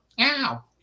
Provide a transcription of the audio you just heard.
ow